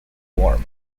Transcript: warm